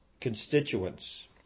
constituents